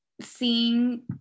seeing